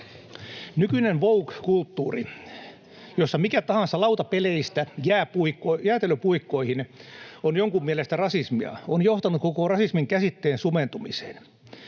Nykyinen woke-kulttuuri, jossa mikä tahansa lautapeleistä jäätelöpuikkoihin on jonkun mielestä rasismia, on johtanut koko rasismin käsitteen sumentumiseen.